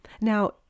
now